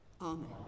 Amen